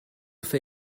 fer